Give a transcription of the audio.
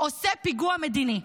עושה פיגוע מדיני.